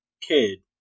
kid